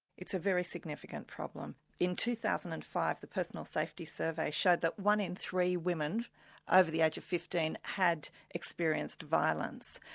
it's a very significant problem. in two thousand and five the personal safety survey showed that one in three women ah over the age of fifteen had experienced violence.